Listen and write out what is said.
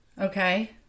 Okay